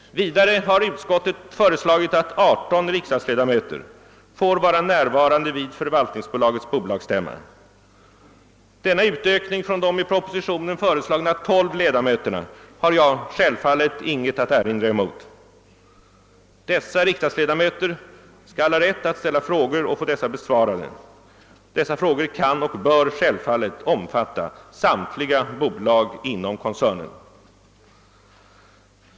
Vidare har utskottet föreslagit att 18 riksdagsledamöter får vara närvarande vid förvaltningsbolagets bolagsstämma. Denna utökning från de i propositionen föreslagna 12 ledamöterna har jag självfallet inget att erinra emot. Dessa riksdagsledamöter skall ha rätt att ställa frågor och få dessa besvarade. Dessa frågor kan och bör självfallet omfatta samtliga bolag inom koncernen.